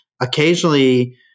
occasionally